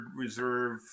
Reserve